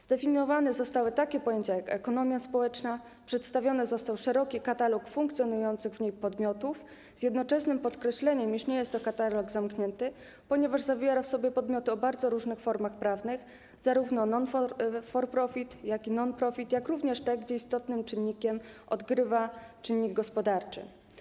Zdefiniowane zostały takie pojęcia jak ekonomia społeczna, przedstawiony został szeroki katalog funkcjonujących w niej podmiotów, z jednoczesny podkreśleniem, iż nie jest to katalog zamknięty, ponieważ zawiera w sobie podmioty o bardzo różnych formach prawnych, zarówno non for profit, jak i non profit, jak również te, w przypadku których istotną rolę odgrywa czynnik gospodarczy.